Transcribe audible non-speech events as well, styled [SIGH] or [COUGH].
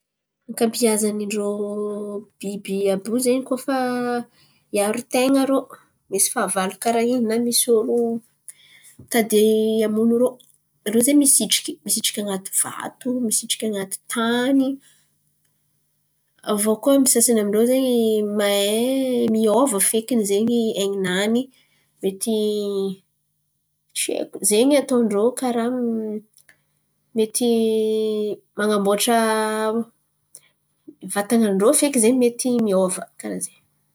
n̈y ankabeazan'n̈y biby àby io zen̈y koa fa miaro ten̈a irô, misy fahavalo karà in̈y na misy olo mitady hamono irô. Irô zen̈y misitriky misitriky anaty vato, misitriky anaty tany. Avy eo koa ny sasan̈y am'irô zen̈y mahay miôva feky zen̈y ain̈in̈any mety tsy haiko [UNINTELLIGIBLE] zen̈y raha ataon̈drô, mety man̈amboatra vatana ndrô feky zen̈y mety miôva karà zen̈y.